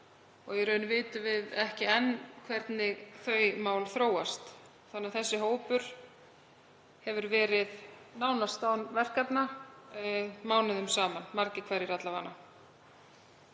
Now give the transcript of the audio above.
og í raun vitum við ekki enn hvernig þau mál þróast þannig að þessi hópur hefur verið nánast án verkefna mánuðum saman, margir hverjir alla vega.